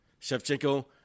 Shevchenko